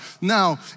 Now